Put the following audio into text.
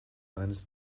eines